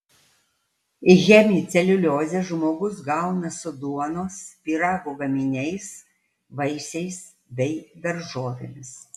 hemiceliuliozę žmogus gauna su duonos pyrago gaminiais vaisiais bei daržovėmis